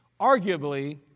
arguably